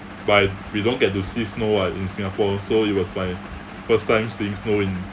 but we don't get to see snow ah in singapore so it was my first time seeing snow in